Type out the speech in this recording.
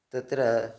तत्र